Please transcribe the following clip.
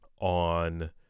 on